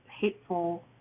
hateful